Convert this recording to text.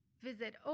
Visit